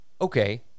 okay